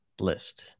list